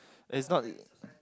is not